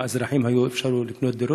לאזרחים לקנות דירות,